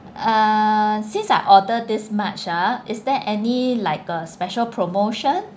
uh since I order this much ah is there any like a special promotion